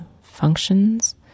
functions